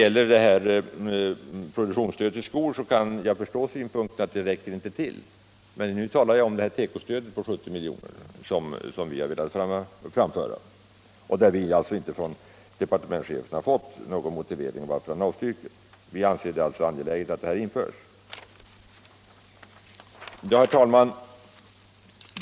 När det gäller produktionsstöd till skofabrikation kan jag förstå synpunkten att de föreslagna 50 miljonerna inte räcker till, men nu talar jag om det tekostöd på 70 miljoner som vi vill införa och som departementschefen avstyrkt utan någon motivering. Vi anser det angeläget att detta stöd införs. Herr talman!